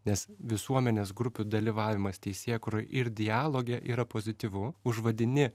nes visuomenės grupių dalyvavimas teisėkūroj ir dialoge yra pozityvu užvadini